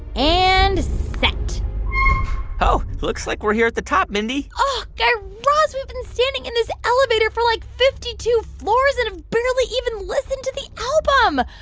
and set oh, looks like we're here at the top, mindy guy raz, we've been standing in this elevator for, like, fifty two floors, and i've barely even listened to the album.